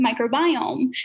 microbiome